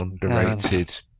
underrated